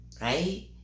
right